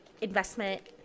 investment